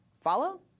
Follow